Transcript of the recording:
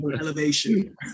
elevation